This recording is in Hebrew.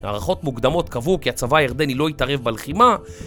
הערכות מוקדמות קבעו כי הצבא הירדני לא יתערב בלחימה